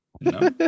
No